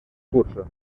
curso